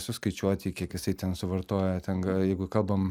suskaičiuoti kiek jisai ten suvartoja ten jeigu kalbam